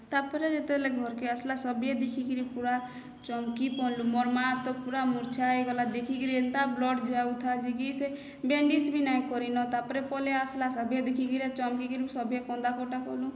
ତାପରେ ଯେତେଲେ ଘରକେ ଆସିଲା ସବିଏ ଦେଖିକିରି ପୁରା ଚମକି ପଡ଼ଲୁ ମୋର୍ ମାଆ ତ ପୁରା ମୂର୍ଚ୍ଛା ହେଇଗଲା ଦଖିକିରି ଏନ୍ତା ବ୍ଲଡ଼୍ ଯାଉଥାଏ ଯେ କି ସେ ବ୍ୟାଣ୍ଡିସ୍ ବି ନାଇଁ କରିନ ତାପରେ ପଲେଇ ଆସିଲା ସଭିଏ ଦେଖିକିରି ଚମକିନୁ ସଭିଏଁ କନ୍ଦା କଟା କଲୁ